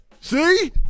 See